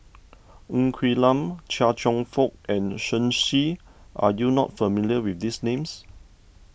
Ng Quee Lam Chia Cheong Fook and Shen Xi are you not familiar with these names